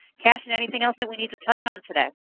cashin, anything else that we need to touch on today?